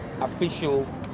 official